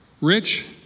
Rich